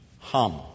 Hum